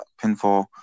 pinfall